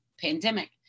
pandemic